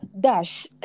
Dash